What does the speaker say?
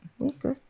okay